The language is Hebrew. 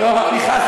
לא, אל תכעס